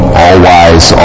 all-wise